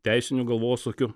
teisinių galvosūkių